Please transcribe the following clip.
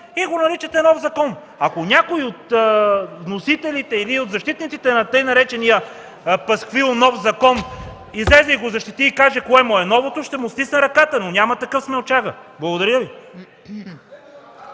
и го наричате „нов закон”. Ако някой от вносителите или защитниците на така наречения „пасквил – нов закон” излезе и го защити, и каже кое му е новото, ще му стисна ръката. Няма обаче такъв смелчага. Благодаря Ви.